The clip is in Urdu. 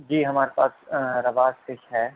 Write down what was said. جی ہمارے پاس رواس فش ہے